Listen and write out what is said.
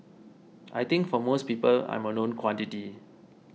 I think for most people I'm a known quantity